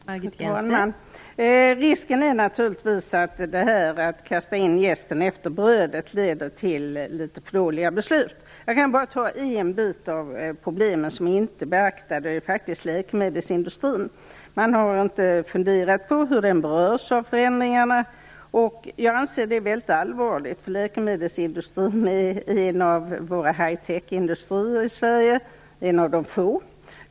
Fru talman! Risken är naturligtvis den, när man kastar in jästen i ugnen efter brödet, att det leder till litet dåliga beslut. Låt mig peka på en del av problemet som inte är beaktad, nämligen läkemedelsindustrin. Man har inte funderat över hur den berörs av förändringarna, och jag anser att det är mycket allvarligt. Läkemedelsindustrin är en av Sveriges få hightec-industrier.